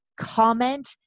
comment